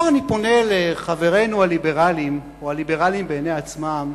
פה אני פונה לחברינו הליברלים או הליברלים בעיני עצמם,